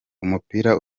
umupira